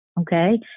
Okay